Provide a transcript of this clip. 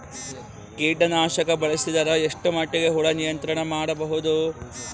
ಕೀಟನಾಶಕ ಬಳಸಿದರ ಎಷ್ಟ ಮಟ್ಟಿಗೆ ಹುಳ ನಿಯಂತ್ರಣ ಮಾಡಬಹುದು?